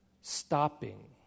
stopping